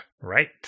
Right